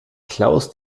klaus